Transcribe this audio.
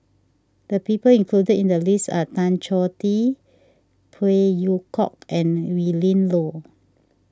the people included in the list are Tan Choh Tee Phey Yew Kok and Willin Low